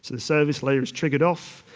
the service layer is triggered off,